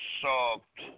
soft